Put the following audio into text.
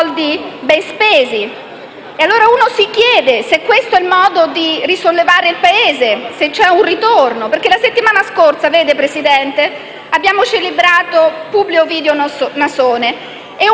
spesi. Ci si chiede se questo sia il modo di risollevare il Paese e se c'è un ritorno. La settimana scorsa, signor Presidente, abbiamo celebrato Publio Ovidio Nasone.